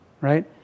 right